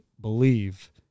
believe